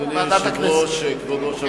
אדוני היושב-ראש, כבוד ראש הממשלה,